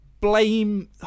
blame